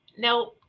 Now